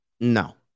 no